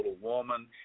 woman